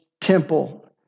temple